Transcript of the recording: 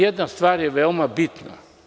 Jedna stvar je veoma bitna.